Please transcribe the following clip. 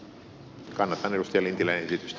kannatan edustaja lintilän esitystä